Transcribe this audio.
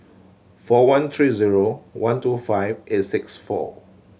four one three zero one two five eight six four